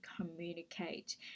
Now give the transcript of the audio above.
communicate